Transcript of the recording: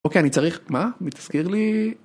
אוקיי, אני צריך... מה? מי תזכיר לי?